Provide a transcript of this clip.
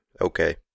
okay